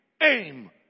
aim